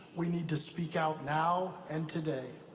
we need to speak out now and today.